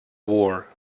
war